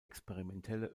experimentelle